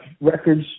records